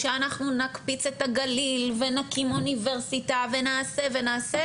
שאנחנו נקפיץ את הגליל ונקים אוניברסיטה ונעשה ונעשה,